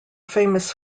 famous